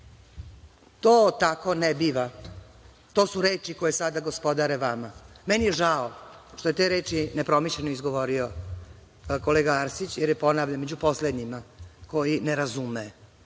tako ne biva. To su reči koje sada gospodare vama. Meni je žao što je te reči nepromišljeno izgovorio kolega Arsić, jer je, ponavljam, među poslednjima koji ne razume